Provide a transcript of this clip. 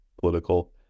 political